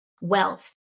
wealth